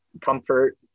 comfort